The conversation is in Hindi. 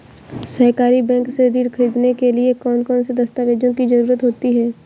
सहकारी बैंक से ऋण ख़रीदने के लिए कौन कौन से दस्तावेजों की ज़रुरत होती है?